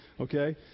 okay